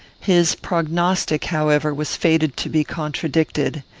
his prognostic, however, was fated to be contradicted.